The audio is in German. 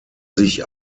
sich